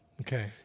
Okay